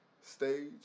Stage